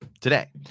today